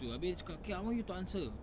gitu habis dia cakap I want you to answer